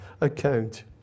account